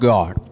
God